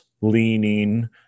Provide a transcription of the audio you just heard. leaning